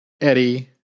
Eddie